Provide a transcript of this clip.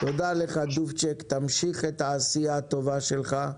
תודה רבה לך דובצ'ק, תמשיך את העשייה הטובה שלך.